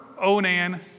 Onan